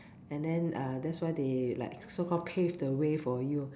and then uh that's why they like so call pave the way for you